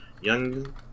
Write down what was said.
Young